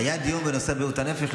היה דיון בנושא בריאות הנפש.